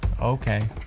okay